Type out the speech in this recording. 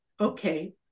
okay